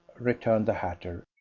returned the hatter.